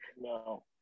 No